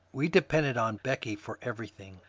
we depended on becky for everything.